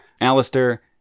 Alistair